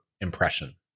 impression